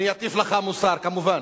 אני אטיף לך מוסר כמובן.